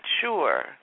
sure